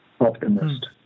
optimist